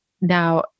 now